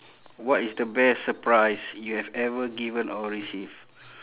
what is the best surprise you have ever given or receive